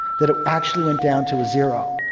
that it actually went down to a zero.